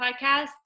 podcast